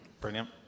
Brilliant